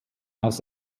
aus